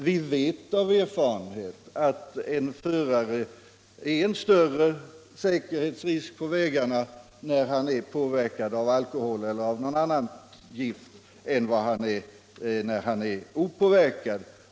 Vi vet av erfarenhet att en förare är en större säkerhetsrisk på vägarna när han är påverkad av alkohol eller något annat gift än när han är opåverkad.